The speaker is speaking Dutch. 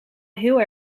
heel